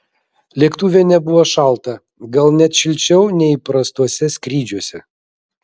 lėktuve nebuvo šalta gal net šilčiau nei įprastuose skrydžiuose